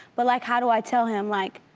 but like how do i tell him like,